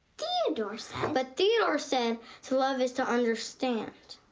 theodore said but theodore said to love is to understand.